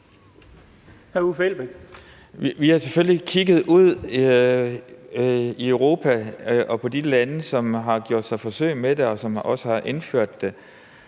Vi har selvfølgelig kigget ud i Europa og på de lande, som har gjort forsøg med det, og som også har indført det.